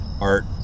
art